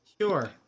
Sure